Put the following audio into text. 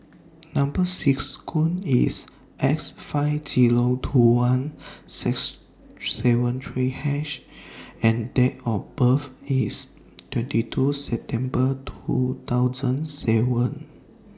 Number IS S five Zero two one six seven three H and Date of birth IS twenty two September two thousand seven